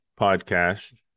podcast